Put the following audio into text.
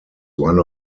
one